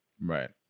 right